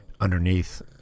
underneath